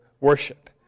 worship